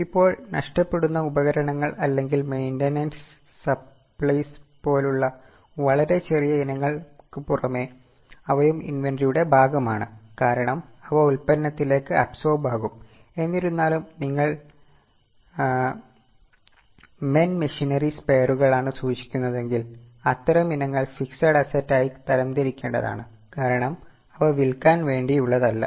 ഇപ്പോൾ നഷ്ടപ്പെടുന്ന ഉപകരണങ്ങൾ അല്ലെങ്കിൽ മൈന്റയിനൻസ് സപ്ലൈസ് സ്പെയറുകളാണ് സൂക്ഷിക്കുന്നതെങ്കിൽ അത്തരം ഇനങ്ങൾ ഫിക്സെഡ് അസറ്റ് ആയി തരംതിരിക്കേണ്ടതാണ് കാരണം അവ വിൽക്കാൻ വേണ്ടിയുള്ളതല്ല